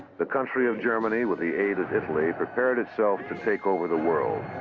the country of germany, with the aid of italy, prepared itself to take over the world.